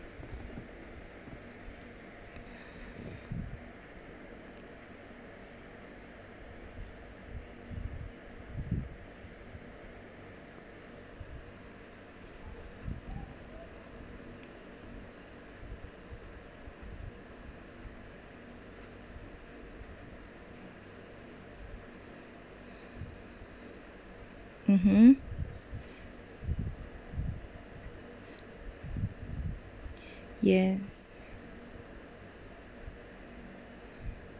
uh yes